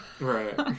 Right